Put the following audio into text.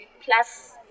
plus